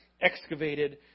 excavated